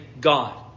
God